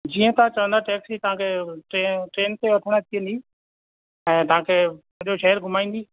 जीअं तव्हां चवंदा टैक्सी तव्हांखे ट्रे ट्रेन ते वठण अची वेंदी ऐं तव्हांखे सॼो शहर घुमाईंदी